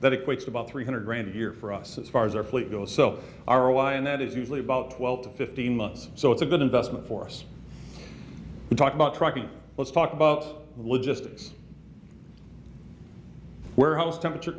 that equates to about three hundred grand a year for us as far as our fleet goes so our ally in that is usually about twelve to fifteen months so it's a good investment for us to talk about trucking let's talk about logistics warehouse temperature